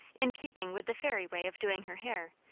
in keeping with the fairy way of doing her hair,